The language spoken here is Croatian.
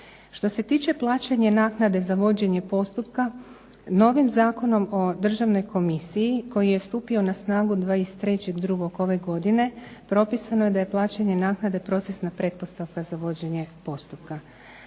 Što se tiče plaćanja naknade za vođenje postupka novim Zakonom o Državnoj komisiji koji je stupio na snagu 23.2. ove godine propisano je da je plaćanje naknade procesna pretpostavka za vođenje postupka.